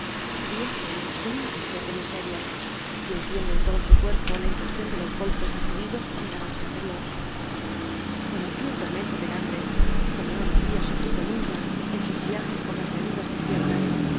viejo con una vejez de miseria sintiendo en todo su cuerpo la impresión de los golpes recibidos en la noche anterior conoció el tormento del hambre como no lo había sufrido nunca en sus viajes por las llanuras desiertas